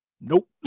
nope